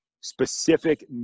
specific